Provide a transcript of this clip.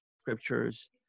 scriptures